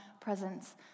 presence